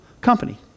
company